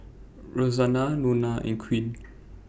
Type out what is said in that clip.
Rosanna Nona and Queen